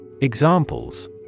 Examples